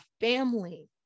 family